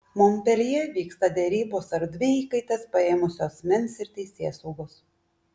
monpeljė vyksta derybos tarp dvi įkaites paėmusio asmens ir teisėsaugos